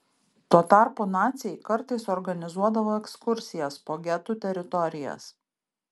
tuo tarpu naciai kartais organizuodavo ekskursijas po getų teritorijas